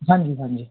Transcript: हाँ जी हाँ जी